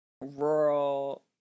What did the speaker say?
rural